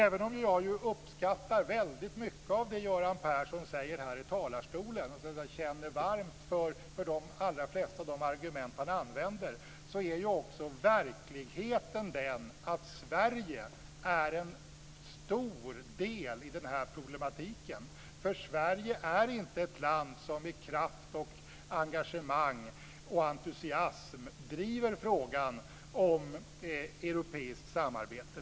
Även om jag uppskattar väldigt mycket av det Göran Persson säger här i talarstolen och känner varmt för de allra flesta av hans argument, så är Sverige i verkligheten en stor del av den här problematiken. Sverige är inte ett land som med kraft, engagemang och entusiasm driver frågan om europeiskt samarbete.